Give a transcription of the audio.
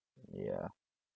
ya